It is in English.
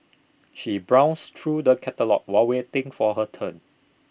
she browsed through the catalogues while waiting for her turn